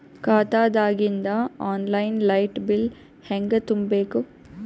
ಖಾತಾದಾಗಿಂದ online light bill ಹೇಂಗ ತುಂಬಾ ಬೇಕು?